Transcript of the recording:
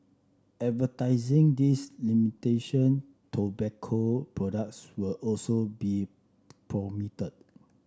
advertising these imitation tobacco products will also be